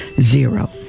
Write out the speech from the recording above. Zero